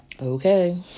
Okay